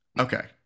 Okay